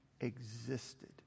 existed